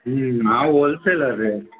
हांव होलसेलर रे